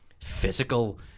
physical